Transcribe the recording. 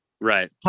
right